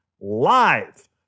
Live